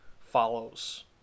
follows